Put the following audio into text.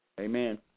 Amen